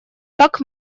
так